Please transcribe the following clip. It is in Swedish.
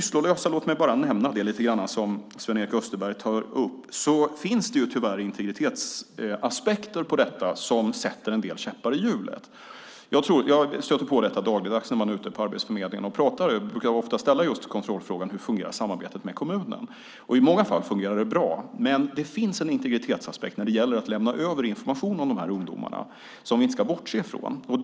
Låt mig nämna de sysslolösa som Sven-Erik Österberg tar upp. Det finns tyvärr integritetsaspekter på detta som sätter en del käppar i hjulet. Jag stöter på det dagligdags när jag är ute på Arbetsförmedlingen och talar. Jag brukar ofta ställa kontrollfrågan hur samarbetet med kommunen fungerar. I många fall fungerar det bra, men det finns en integritetsaspekt som vi inte ska bortse från när det gäller att lämna över information om dessa ungdomar.